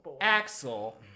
Axel